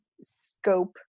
scope